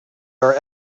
are